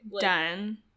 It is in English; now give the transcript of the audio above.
Done